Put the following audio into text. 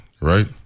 right